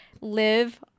live